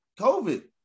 COVID